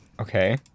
Okay